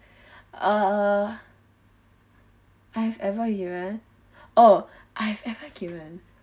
err I've ever given oh I have ever given